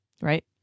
right